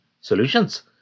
solutions